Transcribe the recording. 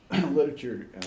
literature